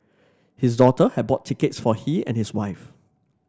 his daughter had bought tickets for he and his wife